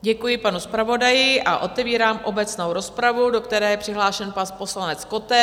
Děkuji panu zpravodaji a otevírám obecnou rozpravu, do které je přihlášen pan poslanec Koten.